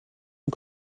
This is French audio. son